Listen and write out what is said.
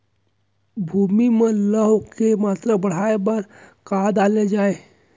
भूमि मा लौह के मात्रा बढ़ाये बर का डाले जाये?